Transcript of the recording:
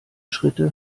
schritte